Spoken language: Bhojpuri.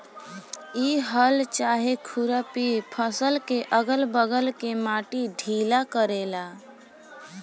इ हल चाहे खुरपी फसल के अगल बगल के माटी ढीला करेला